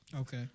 Okay